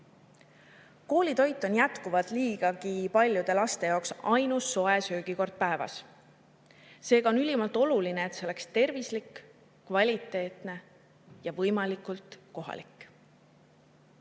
Koolitoit on jätkuvalt liigagi paljude laste jaoks ainus soe söögikord päevas. Seega on ülimalt oluline, et see oleks tervislik, kvaliteetne ja võimalikult kohalik.